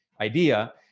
idea